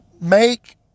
Make